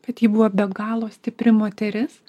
kad ji buvo be galo stipri moteris